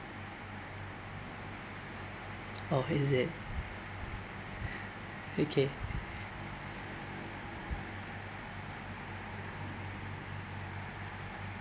oh is it okay